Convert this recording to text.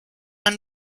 and